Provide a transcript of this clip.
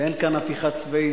ואין כאן הפיכה צבאית,